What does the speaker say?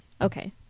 Okay